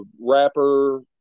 Rapper